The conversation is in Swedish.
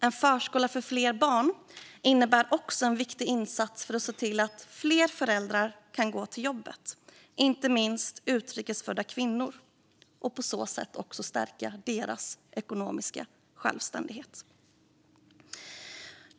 En förskola för fler barn innebär även en viktig insats för att se till att fler föräldrar kan gå till jobbet, inte minst utrikesfödda kvinnor. På så sätt stärks också deras ekonomiska självständighet.